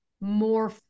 more